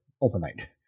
overnight